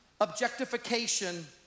objectification